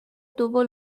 tuvo